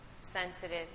sensitive